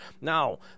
Now